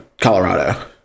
Colorado